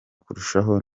kurushaho